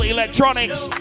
Electronics